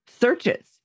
searches